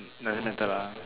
doesn't matter lah